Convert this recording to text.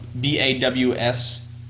b-a-w-s